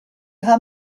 how